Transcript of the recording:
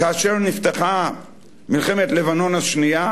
כאשר נפתחה מלחמת לבנון השנייה?